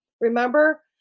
Remember